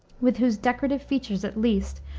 with whose decorative features, at least,